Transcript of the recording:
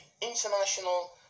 International